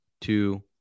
two